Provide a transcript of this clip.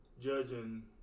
judging